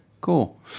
cool